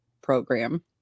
program